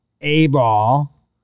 A-ball